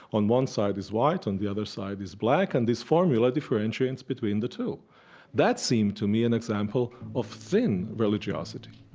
on one side is white. white. on the other side is black, and this formula differentiates between the two that seemed to me an example of thin religiosity